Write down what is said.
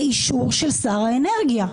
לאישור של שר האנרגיה.